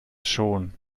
schon